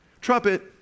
trumpet